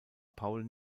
paul